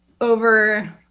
over